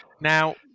Now